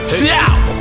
shout